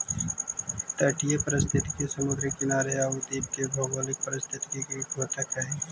तटीय पारिस्थितिकी समुद्री किनारे आउ द्वीप के भौगोलिक परिस्थिति के द्योतक हइ